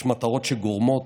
יש מטרות שגורמות,